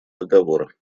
договора